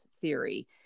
theory